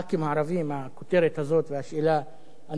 הכותרת הזאת והשאלה הנבובה הזאת,